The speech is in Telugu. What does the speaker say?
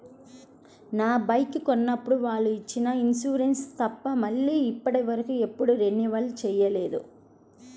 నా బైకు కొన్నప్పుడు వాళ్ళు ఇచ్చిన ఇన్సూరెన్సు తప్ప మళ్ళీ ఇప్పటివరకు ఎప్పుడూ రెన్యువల్ చేయలేదు